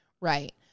Right